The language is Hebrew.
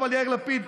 אבל יאיר לפיד,